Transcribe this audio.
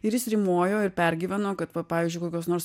ir jis rymojo ir pergyveno kad va pavyzdžiui kokios nors